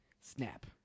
snap